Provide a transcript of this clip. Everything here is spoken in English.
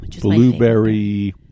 blueberry